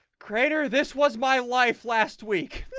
crater this was my life last tweek